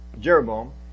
Jeroboam